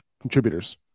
contributors